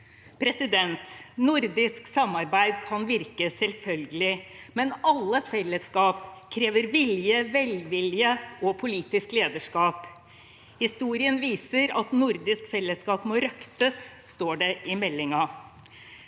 alternativ. Nordisk samarbeid kan virke selvfølgelig, men alle fellesskap krever vilje, velvilje og politisk lederskap. Historien viser at Nordisk fellesskap må røktes, står det i meldingen.